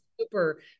super